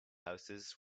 houses